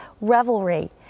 revelry